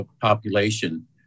population